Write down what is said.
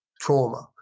trauma